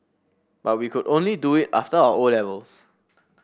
but we could only do it after our O levels